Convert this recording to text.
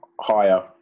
Higher